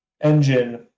engine